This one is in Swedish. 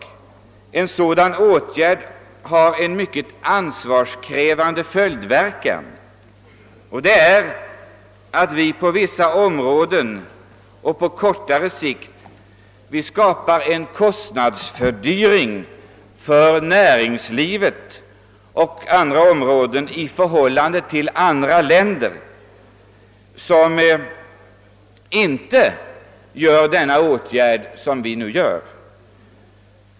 De försätter oss emellertid i en ansvarskrävande position, nämligen genom att vi därigenom på vissa områden och på kortare sikt åstadkommer en kostnadsfördyring inom näringslivet och på andra håll i förhållande till motsvarande områden i andra länder, där man inte vidtar dessa åtgärder.